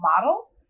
model